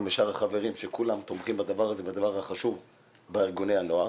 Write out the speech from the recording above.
משאר החברים שכולם תומכים בנושא החשוב של ארגוני הנוער.